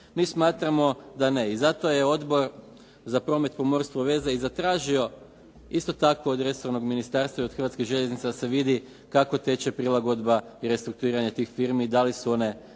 Mi smatramo da ne i zato je Odbor za promet, pomorstvo i veze i zatražio isto tako od resornog ministarstva i od Hrvatskih željeznica da se vidi kako teče prilagodba i restrukturiranje tih firmi, da li su one